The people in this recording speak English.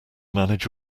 manage